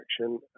action